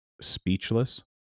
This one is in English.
speechless